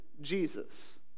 Jesus